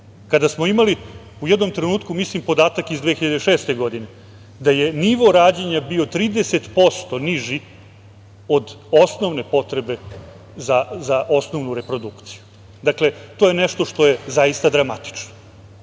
kada smo imali u jednom trenutku, mislim da je podatak iz 2006. godine, da je nivo rađanja bio 30% niži od osnovne potrebe za osnovnu reprodukciju. Dakle, to je nešto što je zaista dramatično. Zato